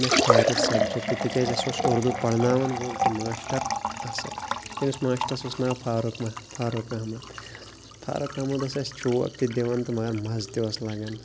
مےٚ favourite subject تِکیٛازِ اَسہِ اوس اُردو پرناوَن وول تہِ ماشٹَر اَصٕل تٔمِس ماشٹرَس اوس ناو فاروق فاروق احمد فاروق احمد اوس اَسہِ چوب تہِ دِوان تہٕ مگر مَزٕ تہِ اوس لَگان